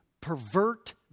pervert